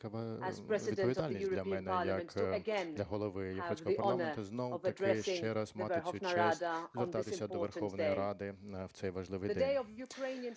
як для Голови Європейського парламенту знову-таки ще раз мати цю честь звертатися до Верховної Ради в цей важливий день.